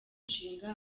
ishinga